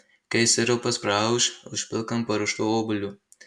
kai sirupas praauš užpilk ant paruoštų obuolių